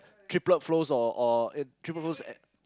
triplet flow or or triplet flows and